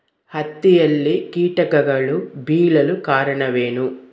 ಹತ್ತಿಯಲ್ಲಿ ಕೇಟಗಳು ಬೇಳಲು ಕಾರಣವೇನು?